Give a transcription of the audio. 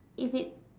if it